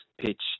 pitch